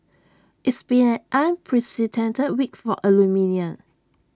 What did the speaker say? it's been an unprecedented week for aluminium